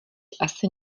asi